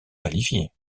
qualifiés